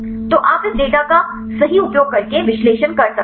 तो आप इस डेटा का सही उपयोग करके विश्लेषण कर सकते हैं